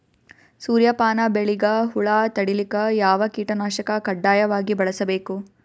ಸೂರ್ಯಪಾನ ಬೆಳಿಗ ಹುಳ ತಡಿಲಿಕ ಯಾವ ಕೀಟನಾಶಕ ಕಡ್ಡಾಯವಾಗಿ ಬಳಸಬೇಕು?